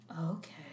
Okay